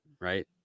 right